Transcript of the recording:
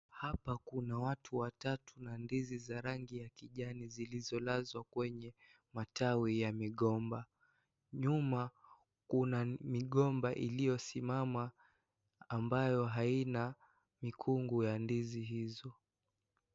Hapa kuna watu watatu na ndizi za rangi ya kijani zilizolazwa kwenye matawi ya migomba, nyuma kuna migomba iliyosimama ambayo haina mikungu ya ndizi hizo.